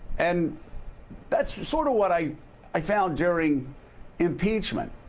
and that's sort of what i i found during impeachment.